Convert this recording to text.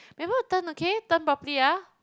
remember to turn okay turn properly ah